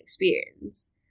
experience